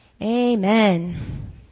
Amen